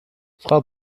frau